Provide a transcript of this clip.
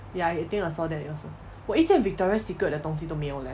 ya I think I saw that also 我一件 victoria secret 的东西都没有 leh